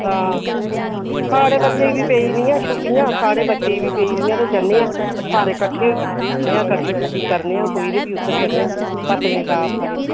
हां थुआढ़े बच्चें गी पेई दियां छुट्टियां साढ़े बच्चें गी बी पेई गेदियां छुट्टियां जन्ने आं कट्ठे होइयै गड्डी छड्डी करने आं कोई ते फ्ही उद्धर जन्ने आं पत्नीटाप साइड